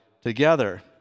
together